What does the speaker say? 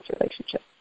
relationship